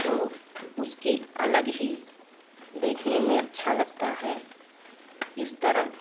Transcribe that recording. तो उसकी अलग ही देखने में अच्छा लगता है इस तरह